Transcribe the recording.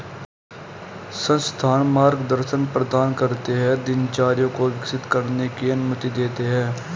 संस्थान मार्गदर्शन प्रदान करते है दिनचर्या को विकसित करने की अनुमति देते है